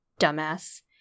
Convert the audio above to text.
Dumbass